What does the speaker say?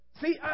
see